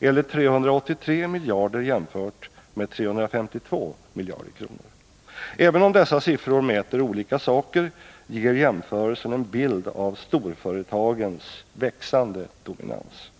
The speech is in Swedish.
eller 383 miljarder jämfört med 352 miljarder kronor. Även om dessa siffror mäter olika saker ger jämförelsen en bild av storföretagens växande dominans.